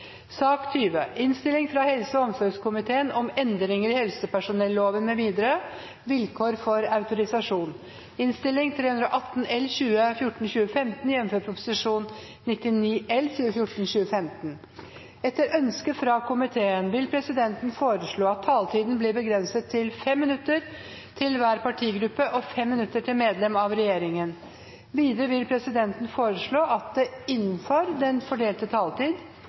sak nr. 5. Etter ønske fra næringskomiteen vil presidenten foreslå at taletiden blir begrenset til 5 minutter til hver partigruppe og 5 minutter til medlem av regjeringen. Videre vil presidenten foreslå at det blir gitt anledning til seks replikker med svar etter innlegg fra medlemmer av regjeringen innenfor den fordelte taletid,